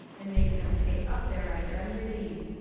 and make them pay up their indemnity.